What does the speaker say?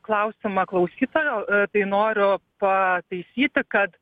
klausiamą klausytojo tai noriu pataisyti kad